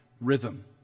rhythm